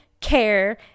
care